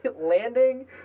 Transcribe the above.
landing